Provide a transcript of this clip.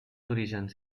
orígens